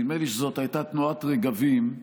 נדמה לי שזו הייתה תנועת רגבים,